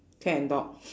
cat and dog